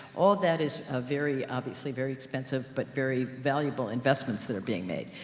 all of that is ah very, obviously, very expensive, but very valuable investments, that are being made.